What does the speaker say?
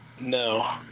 no